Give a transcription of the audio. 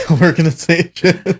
organization